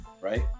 right